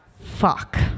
Fuck